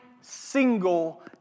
single